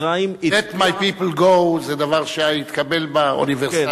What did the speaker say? Let my people go זה דבר שהתקבל באוניברסלי.